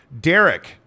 Derek